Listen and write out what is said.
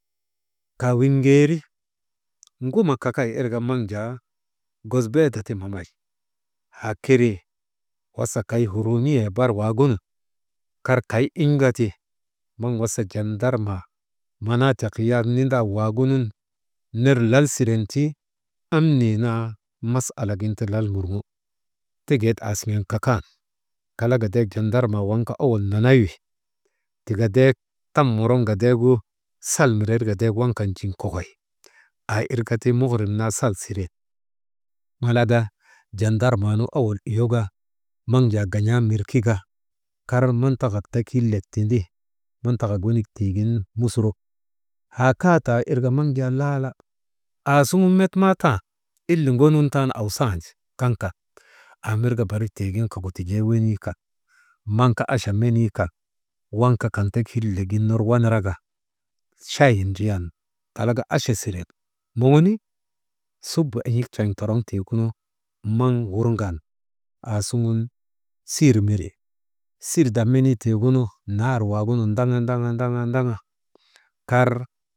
Kawiŋgeeri ŋuma kakay irka maŋ jaa gosbeeda ti mamay haa keree was kay huruumiyee bar waagunun kar kay in̰ka ti maŋ wasa jandarmaa manaatik yak nindaa waagunun ner lal siren ti amnii naa masalak gin ti lal murŋo teket aasiŋen kakan kalaka ndek jardarmaa waŋ kaa owol nanay wi, tikandek tam woroŋka ndeegu sal mirer ka ndeegu waŋ kan kooky aa irka ti muhirib naa sal siren Malaka jandarmaa nuowol uyoka maŋ jaa ŋan̰aa mirkika kar mantakak tek hillek tindi mantakak wenik tiigin musuro, haa kaa taa irka maŋ jaa laala aasuŋun met maatan ile ŋonun tan awsandi kaŋkaŋ, aa mirka barik tiigin kakutujee wenii kan maŋ ka acha menii kan waŋ kaa kaŋ tek hillegin ner wanaraka cheyee ndriyan talaka acha siren, moŋoni subu en̰ik treŋ toroŋtiigunu, maŋ wurŋan aasuŋun sir miri sirdaa menii tiigunu nahar menii tiigunu ndaŋa, ndaŋa, ndaŋa kar.